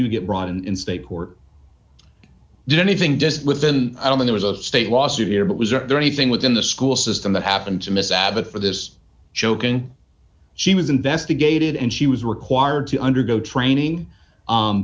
do get brought in state court did anything just within i don't mean there was a state lawsuit here but was there anything within the school system that happened to miss abbott for this choking she was investigated and she was required to undergo training